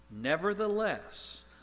Nevertheless